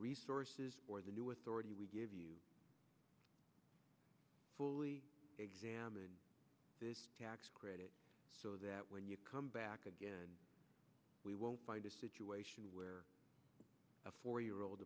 resources or the new authority we give you fully examine this tax credit so that when you come back again we won't find a situation where a four year old